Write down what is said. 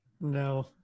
No